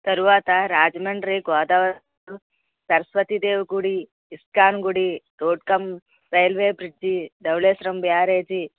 తరువాత రాజమండ్రి గోదావరి సరస్వతీదేవి గుడి ఇస్కాన్ గుడి road cum railway bridge Dowleswaram బ్యారేజీ